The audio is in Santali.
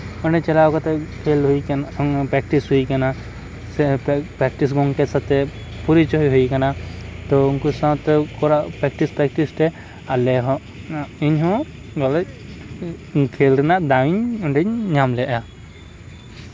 ᱚᱸᱰᱮ ᱪᱟᱞᱟᱣ ᱠᱟᱛᱮᱫ ᱠᱷᱮᱞ ᱦᱩᱭ ᱟᱠᱟᱱᱟ ᱯᱨᱮᱠᱴᱤᱥ ᱦᱩᱭ ᱟᱠᱟᱱᱟ ᱥᱮ ᱯᱨᱮᱠᱴᱤᱥ ᱜᱚᱢᱠᱮ ᱥᱟᱣᱛᱮ ᱯᱚᱨᱤᱪᱚᱭ ᱦᱩᱭ ᱟᱠᱟᱱᱟ ᱛᱳ ᱩᱱᱠᱩ ᱥᱟᱶᱛᱮ ᱠᱚᱨᱟᱣ ᱯᱨᱮᱠᱴᱤᱥ ᱯᱨᱮᱠᱴᱤᱥ ᱛᱮ ᱟᱞᱮᱦᱚᱸ ᱤᱧ ᱦᱚᱸ ᱵᱚᱞᱮ ᱠᱷᱮᱞ ᱨᱮᱱᱟᱜ ᱫᱟᱣᱤᱧ ᱚᱸᱰᱮᱧ ᱧᱟᱢ ᱞᱮᱫᱟ